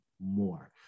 more